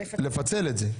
לפצל את זה.